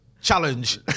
challenge